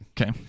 Okay